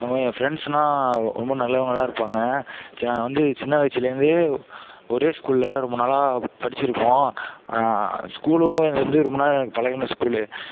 அங்கே என் ஃபிரண்ட்ஸ்லா ரொம்ப நல்லவங்களா இருப்பாங்க நான் வந்து சின்ன வயசுலேருந்து ஒரே ஸ்கூலில் ரொம்ப நாளாக படித்திருக்கோம் ஸ்கூலும் வந்து ரொம்ப நாள் பழகின ஸ்கூலு